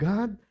God